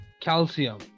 calcium